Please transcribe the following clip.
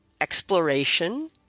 exploration